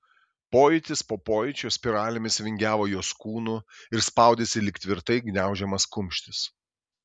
pojūtis po pojūčio spiralėmis vingiavo jos kūnu ir spaudėsi lyg tvirtai gniaužiamas kumštis